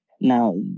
Now